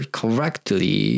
correctly